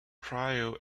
trial